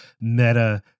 meta